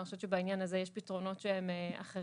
אני חושבת שבעניין הזה יש פתרונות שהם אחרים,